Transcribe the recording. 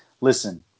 Listen